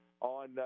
on